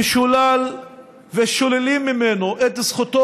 משולל ושוללים ממנו את זכותו